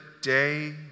day